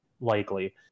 likely